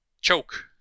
choke